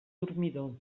dormidor